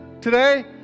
today